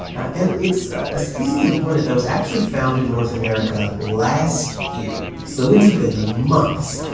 and it's a species of hornet that was actually found in north america last year. so it's been months.